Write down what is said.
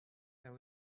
there